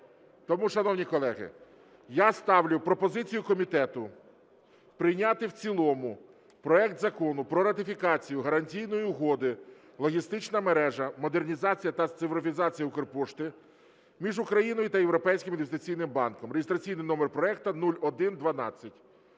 Тому, шановні колеги, я ставлю пропозицію комітету прийняти в цілому проект Закону про ратифікацію Гарантійної угоди "Логістична мережа (Модернізація та цифровізація Укрпошти)" між Україною та Європейським інвестиційним банком (реєстраційний номер проекту 0112)